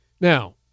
Now